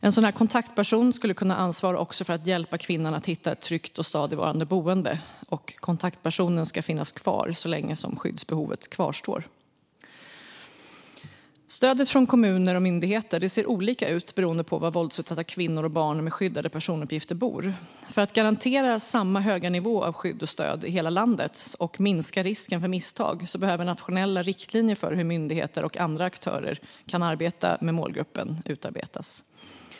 En kontaktperson skulle även kunna ansvara för att hjälpa kvinnan att hitta ett tryggt och stadigvarande boende. Kontaktpersonen ska finnas så länge skyddsbehovet kvarstår. Stödet från kommuner och myndigheter ser olika ut beroende på var våldsutsatta kvinnor och barn med skyddade personuppgifter bor. För att garantera samma höga nivå av skydd och stöd i hela landet och minska risken för misstag behöver nationella riktlinjer för hur myndigheter och andra aktörer kan arbeta med målgruppen utarbetas.